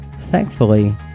Thankfully